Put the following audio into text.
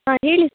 ಹಾಂ ಹೇಳಿ